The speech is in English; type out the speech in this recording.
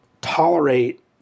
tolerate